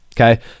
okay